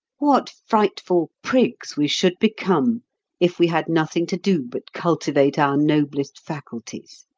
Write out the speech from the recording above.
what frightful prigs we should become if we had nothing to do but cultivate our noblest faculties!